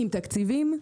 עם תקציבים,